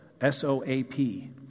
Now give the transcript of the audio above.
S-O-A-P